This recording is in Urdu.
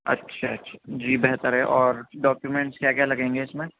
اچھا اچھا جی بہتر ہے اور ڈاکیومنٹس کیا کیا لگیں گے اس میں